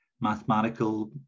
mathematical